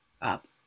up